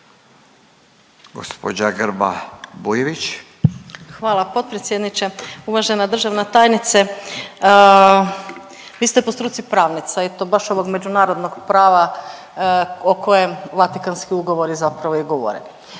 Maja (HDZ)** Hvala potpredsjedniče. Uvažena državna tajnice vi ste po struci pravnica i to baš ovog međunarodnog prava o kojem Vatikanski ugovori zapravo i govore,